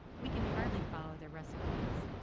we can hardly follow their recipes.